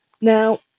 Now